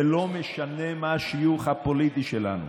ולא משנה מה השיוך הפוליטי שלנו.